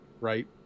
right